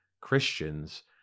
Christians